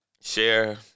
share